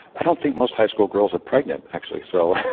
i don't think most high school girls are pregnant actually so.